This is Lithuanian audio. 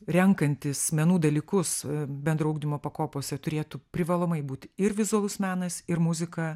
renkantis menų dalykus bendro ugdymo pakopose turėtų privalomai būti ir vizualus menas ir muzika